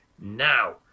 Now